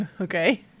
Okay